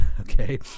okay